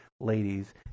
ladies